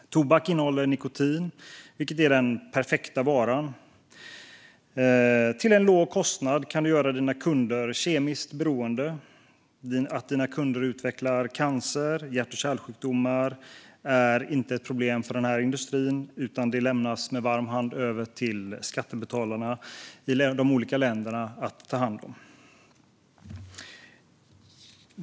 Tobak innehåller nikotin, vilket är den perfekta varan. Till en låg kostnad kan du göra dina kunder kemiskt beroende. Att dina kunder utvecklar cancer och hjärt-kärlsjukdomar är inte ett problem för den här industrin, utan det lämnas med varm hand över till skattebetalarna i de olika länderna att ta hand om.